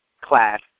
class